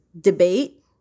debate